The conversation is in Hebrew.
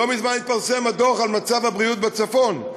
לא מזמן התפרסם הדוח על מצב הבריאות בצפון.